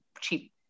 cheap